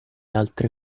altri